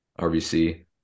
RVC